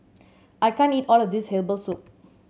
I can't eat all of this herbal soup